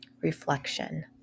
Reflection